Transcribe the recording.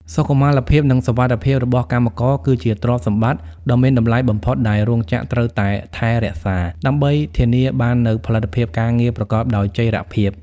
សុខុមាលភាព និងសុវត្ថិភាពរបស់កម្មករ គឺជាទ្រព្យសម្បត្តិដ៏មានតម្លៃបំផុតដែលរោងចក្រត្រូវតែថែរក្សា ដើម្បីធានាបាននូវផលិតភាពការងារប្រកបដោយចីរភាព។